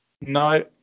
No